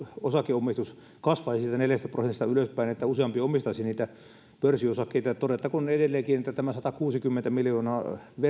osakeomistus kasvaisi siitä neljästä prosentista niin että useampi omistaisi pörssiosakkeita todettakoon edelleenkin että tämä satakuusikymmentä miljoonaa